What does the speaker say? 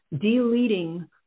Deleting